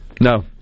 No